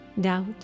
doubt